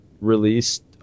released